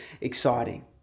exciting